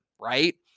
right